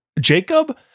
Jacob